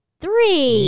three